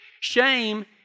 Shame